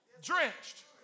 drenched